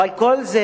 אבל כל זה,